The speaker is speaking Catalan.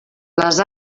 les